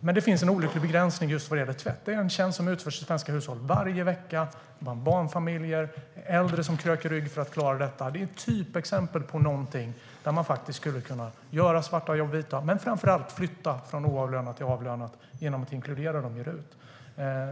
Men det finns en olycklig begränsning just vad gäller tvätt. Det är en tjänst som utförs varje vecka i svenska hushåll bland barnfamiljer och äldre som kröker rygg för att klara detta. Det är ett typexempel på ett område där man faktiskt skulle kunna göra svarta jobb vita, men framför allt flytta arbete från oavlönat till avlönat genom att inkludera tjänsten i RUT.